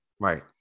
Right